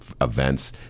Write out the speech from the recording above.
events